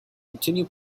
continue